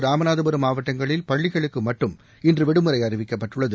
ராமநாதபுரம் மாவட்டங்களில் பள்ளிகளுக்கு மட்டும் இன்று விடுமுறை அறிவிக்கப்பட்டுள்ளது